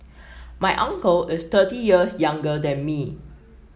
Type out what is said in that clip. my uncle is thirty years younger than me